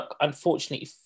unfortunately